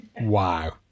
wow